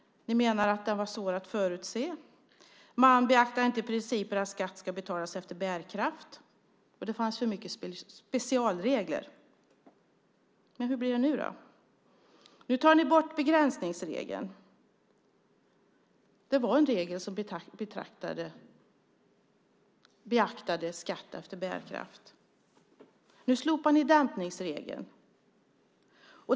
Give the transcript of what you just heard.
Ni menar att den var svår att förutse, att man inte beaktade principen att skatt ska betalas efter bärkraft och att det fanns för mycket specialregler. Men hur blir det nu då? Nu tar ni bort begränsningsregeln. Det var en regel som beaktade skatt efter bärkraft. Nu slopar ni dämpningsregeln.